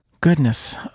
goodness